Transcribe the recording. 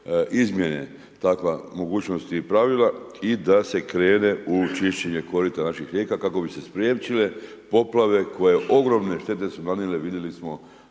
izmjene takva mogućnost i pravila i da se krene u čišćenja korita naših rijeka, kako bi se spriječile poplave, koje ogromne štete su nanijele, vidjeli smo